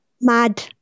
mad